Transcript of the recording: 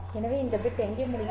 எனவே இந்த பிட் எங்கே முடிகிறது